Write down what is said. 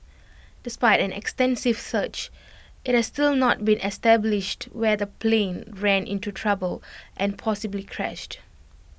despite an extensive search IT has still not been established where the plane ran into trouble and possibly crashed